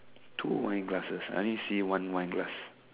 two wine glasses I only see one wine glass